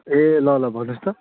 ए ल ल भन्नुहोस् त